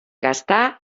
gastar